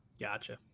Gotcha